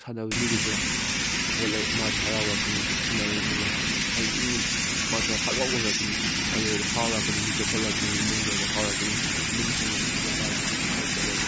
ꯁꯥꯟꯅꯕ ꯃꯤꯗꯁꯨ ꯁꯞꯄꯣꯔꯠ ꯂꯩꯔꯗꯤ ꯃꯥꯁꯨ ꯍꯔꯥꯎꯔꯛꯀꯅꯤ ꯁꯥꯟꯅꯔꯤꯕꯒꯤ ꯍꯩꯅꯤꯡꯉꯤ ꯃꯥꯁꯨ ꯍꯔꯥꯎꯔꯛꯀꯅꯤ ꯑꯗꯨ ꯑꯣꯏꯔꯗꯤ ꯐꯥꯎꯔꯛꯀꯅꯤ ꯃꯤꯡꯆꯠ ꯆꯠꯂꯛꯀꯅꯤ ꯏꯃꯨꯡꯒꯤ ꯑꯣꯏꯅ ꯐꯥꯎꯔꯛꯀꯅꯤ ꯏꯃꯨꯡꯁꯤꯡꯒꯤ ꯃꯤ ꯂꯩꯀꯥꯏꯒꯤꯁꯨ ꯂꯣꯏ ꯆꯠꯂꯅꯤ